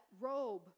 robe